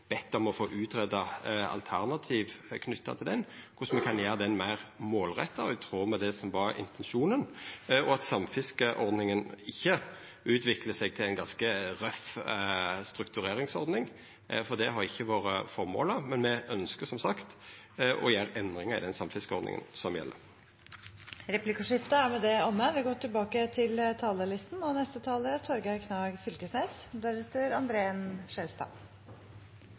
bedt om å få greidd ut alternativ knytt til korleis me kan gjera ho meir målretta og i tråd med det som var intensjonen, og at samfiskeordninga ikkje skal utvikla seg til ei ganske røff struktureringsordning, for det har ikkje vore føremålet. Me ønskjer som sagt å gjera endringar i den samfiskeordninga som gjeld. Replikkordskiftet er omme. Dagen i dag handlar ikkje om egoet eller æra til